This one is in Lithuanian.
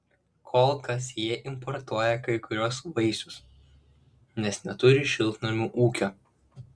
kol kas jie importuoja kai kuriuos vaisius nes neturi šiltnamių ūkio